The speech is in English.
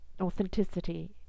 authenticity